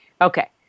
Okay